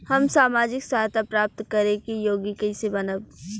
हम सामाजिक सहायता प्राप्त करे के योग्य कइसे बनब?